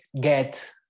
get